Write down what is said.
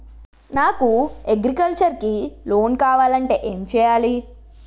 నాకు అగ్రికల్చర్ కి లోన్ కావాలంటే ఏం చేయాలి?